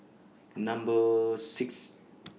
Number six